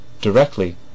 Directly